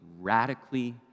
radically